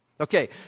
Okay